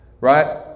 right